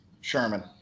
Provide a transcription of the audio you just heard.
Sherman